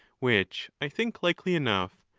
which i think likely enough,